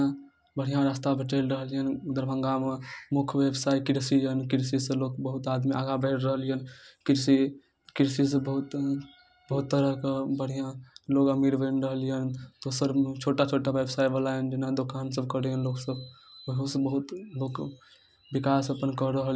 ओकर बाद चलू दालिमे दालि हमसब जे उपजाबैत छी तऽ ओकरा दालि कऽ छीटला कऽ बादमे ओहिमे खाद जादा नहि लगैए एके बेर खाद अच्छा छै नहि अच्छा छै तऽ नहि दिऔ खादके लेकिन दालिके फसल जतबी होइए हमरा सबके निरोग मिलैए हमर सबके ओहिमे खाद पानि बला नहि जादा मिल मिलैए